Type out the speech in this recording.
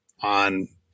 on